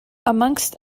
amongst